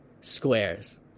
squares